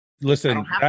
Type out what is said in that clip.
listen